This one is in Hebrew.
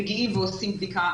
מגיעים ועושים בדיקה.